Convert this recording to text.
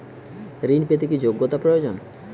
ঋণ পেতে কি যোগ্যতা প্রয়োজন?